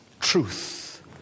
truth